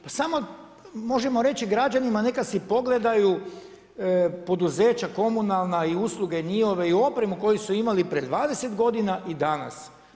Pa samo možemo reći građanima neka si pogledaju poduzeća komunalne i usluge njihove i opremu koju su imali prije 20 godina i danas.